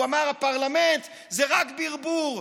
הוא אמר: הפרלמנט זה רק ברבור,